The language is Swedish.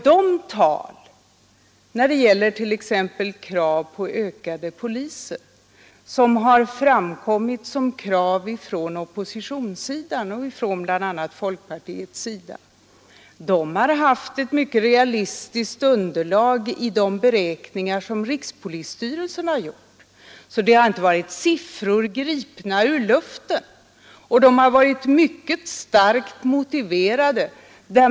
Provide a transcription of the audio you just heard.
De krav på t.ex. ökat antal poliser som har framkommit från oppositionssidan, bl.a. från folkpartiets sida, har haft ett mycket realistiskt underlag i de beräkningar som rikspolisstyrelsen har gjort. Det har inte varit siffror gripna ur luften, utan kraven har varit mycket starkt underbyggda.